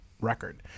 record